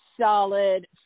solid